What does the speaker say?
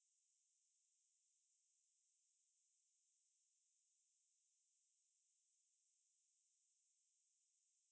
just now they say orh like cause my battery thing got problem then say mic unable to get audio so I'm not sure